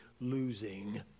losing